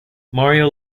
mario